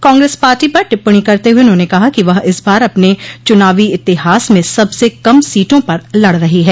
Congress party पर टिप्पणी करते हुए उन्होंने कहा कि वह इस बार अपने च्नावी इतिहास में सबसे कम सीटों पर लड़ रही है